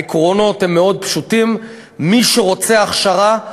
העקרונות הם מאוד פשוטים: מי שרוצה הכשרה,